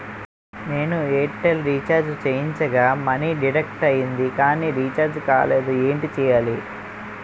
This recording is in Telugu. నేను ఎయిర్ టెల్ రీఛార్జ్ చేయించగా మనీ డిడక్ట్ అయ్యింది కానీ రీఛార్జ్ కాలేదు ఏంటి చేయాలి?